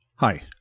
Hi